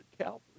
Calvary